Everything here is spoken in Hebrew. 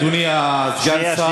אדוני סגן השר,